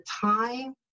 time